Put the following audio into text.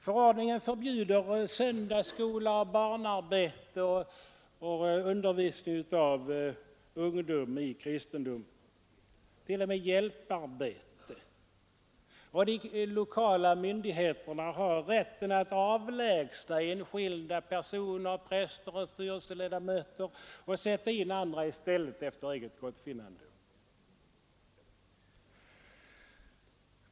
Förordningen förbjuder söndagsskola och barnarbete, undervisning av ungdom i kristendom och t.o.m. hjälparbete. De lokala myndigheterna har rätt att efter eget gottfinnande avlägsna enskilda personer, präster och styrelseledamöter och sätta in andra personer i deras ställe.